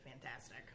fantastic